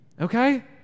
Okay